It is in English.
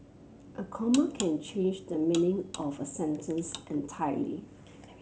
a comma can change the meaning of a sentence entirely